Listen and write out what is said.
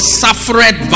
suffered